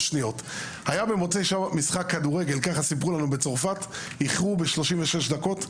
במוצאי שבת היה משחק כדורגל בצרפת ואיחרו ב-36 דקות.